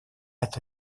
het